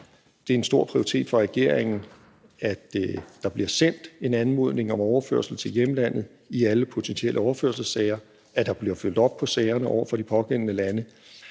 Det er en stor prioritet for regeringen, at der bliver sendt en anmodning om overførsel til hjemlandet i alle potentielle overførselssager, at der bliver fulgt op på sagerne over for de pågældende lande,